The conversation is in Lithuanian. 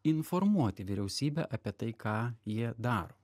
informuoti vyriausybę apie tai ką jie daro